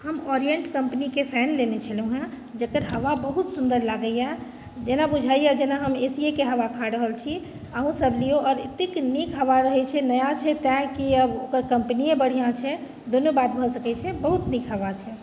हम ओरिएन्ट कम्पनीके फैन लेने छलहुँए जकर हवा बहुत सुन्दर लागैए जेना बुझाइए जेना हम एसिएके हवा खा रहल छी अहूँसब लिऔ आओर एतेक नीक हवा रहै छै नया छै तेँ कि आब ओकर कम्पनीए बढ़िआँ छै दुनू बात भऽ सकै छै बहुत नीक हवा छै